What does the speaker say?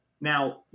Now